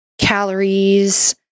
calories